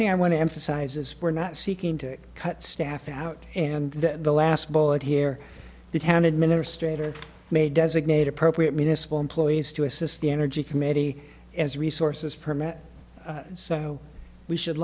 thing i want to emphasize is we're not seeking to cut staff out and the last bullet here that have an administrator may designate appropriate municipal employees to assist the energy committee as resources permit so we should